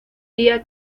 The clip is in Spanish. día